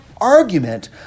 argument